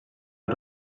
als